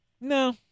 no